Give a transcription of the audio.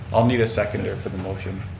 i'll need a second there for the motion.